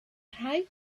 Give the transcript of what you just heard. rhaid